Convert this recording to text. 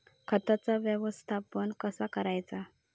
खताचा व्यवस्थापन कसा करायचा?